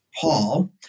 Paul